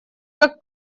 как